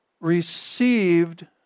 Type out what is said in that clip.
received